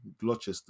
Gloucester